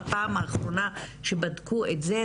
בפעם האחרונה שבדקו את זה,